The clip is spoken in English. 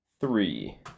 three